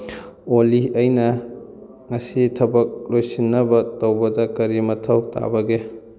ꯑꯣꯂꯤ ꯑꯩꯅ ꯉꯁꯤ ꯊꯕꯛ ꯂꯣꯏꯁꯤꯟꯅꯕ ꯇꯧꯕꯗ ꯀꯔꯤ ꯃꯊꯧ ꯇꯥꯕꯒꯦ